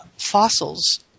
Fossils